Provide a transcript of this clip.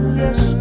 yes